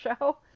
show